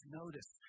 notice